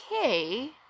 okay